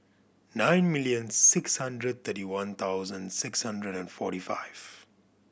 nine million six hundred thirty one thousand six hundred and forty five